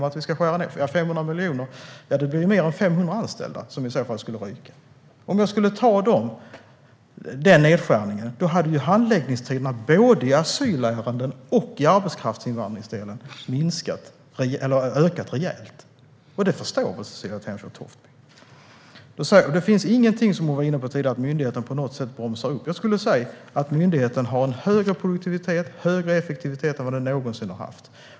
Att skära ned med 500 miljoner innebär att mer än 500 anställda i så fall ryker. Om jag skulle göra den nedskärningen skulle handläggningstiderna både i asylärenden och i arbetskraftsinvandringsdelen öka rejält. Det förstår väl Cecilie Tenfjord-Toftby? Det finns ingenting, vilket hon var inne på tidigare, som pekar på att myndigheten på något sätt bromsar upp. Jag skulle säga att myndigheten har en högre produktivitet och en högre effektivitet än vad den någonsin har haft.